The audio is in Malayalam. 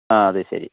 ആ അതുശരി